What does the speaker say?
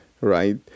right